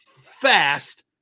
fast